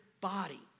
body